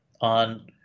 on